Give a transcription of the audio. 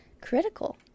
critical